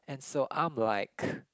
and so I'm like